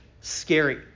scary